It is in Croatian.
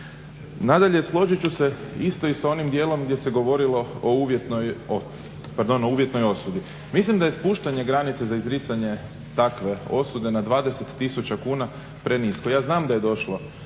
Nadalje, složit ću se isto i sa onim dijelom gdje se govorilo o uvjetnoj osudi. Mislim da je spuštanje granice za izricanje takve osude na 20 tisuća kuna prenisko. Ja znam da je došlo